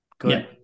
good